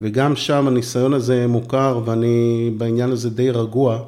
וגם שם הניסיון הזה מוכר, ואני בעניין הזה די רגוע.